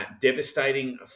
devastating